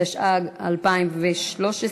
התשע"ג 2013,